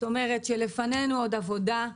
לפנינו עוד עבודה.